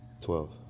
Twelve